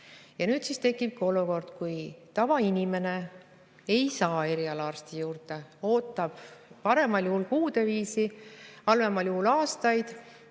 Nüüd siis tekibki olukord, kus tavainimene ei saa erialaarsti juurde, tema ootab paremal juhul kuude viisi, halvemal juhul aastaid,